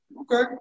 okay